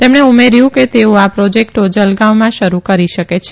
તેમણે ઉમેર્થુ કે તેઓ આ પ્રોજેકટો જલગાવમાં શરુ કરી શકે છે